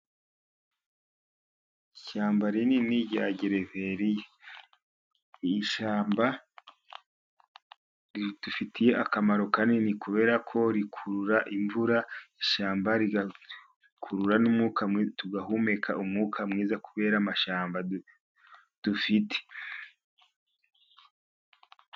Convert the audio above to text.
Ishyamba rinini rya gereveriya. Ishyamba ridufitiye akamaro kanini, kubera ko rikurura imvura, ishyamba rigakurura n'umwuka tugahumeka umwuka mwiza, kubera amashyamba dufite.